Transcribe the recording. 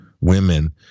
women